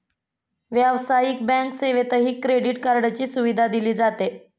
व्यावसायिक बँक सेवेतही क्रेडिट कार्डची सुविधा दिली जाते